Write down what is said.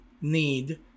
need